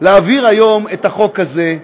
להעביר היום את החוק הזה,